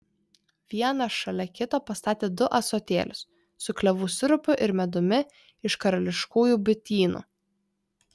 vieną šalia kito pastatė du ąsotėlius su klevų sirupu ir medumi iš karališkųjų bitynų